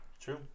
True